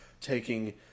taking